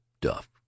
duff